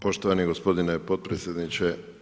Poštovani gospodine potpredsjedniče.